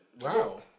Wow